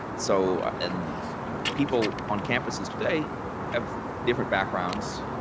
so and people on campuses today have different backgrounds,